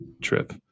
trip